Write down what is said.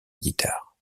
guitare